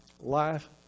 life